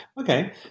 Okay